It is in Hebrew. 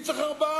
מי צריך ארבעה?